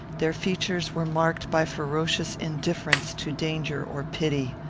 their features were marked by ferocious indifference to danger or pity.